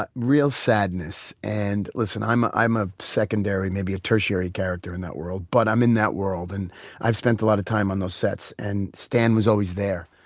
but real sadness. and listen, i'm ah i'm a secondary, maybe a tertiary character in that world, but i'm in that world and i've spent a lot of time on those sets. and stan was always there.